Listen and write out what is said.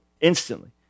instantly